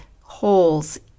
holes